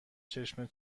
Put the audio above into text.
چشم